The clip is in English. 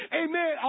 amen